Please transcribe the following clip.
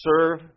serve